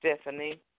Stephanie